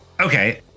Okay